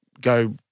go